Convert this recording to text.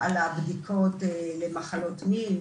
על הבדיקות למחלות מין,